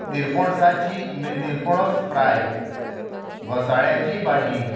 निरपणसाची निरपोणस फ्राय घोसाळ्यांची भाजी